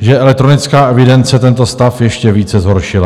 že elektronická evidence tento stav ještě více zhoršila.